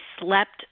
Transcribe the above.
slept